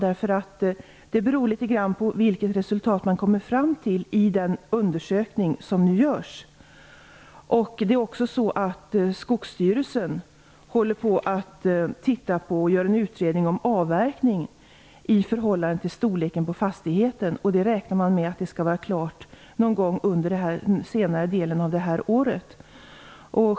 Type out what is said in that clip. Det beror litet grand på det resultat man kommer fram till i den undersökning som nu görs. Skogsstyrelsen håller också på att göra en utredning om avverkning i förhållande till storleken på fastigheten. Det räknar man med att skall vara klart någon gång under den senare delen av det här året.